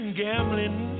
gambling